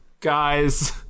guys